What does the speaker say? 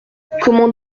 comment